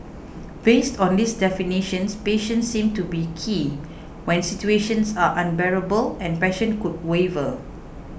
based on these definitions patience seems to be key when situations are unbearable and passion could waver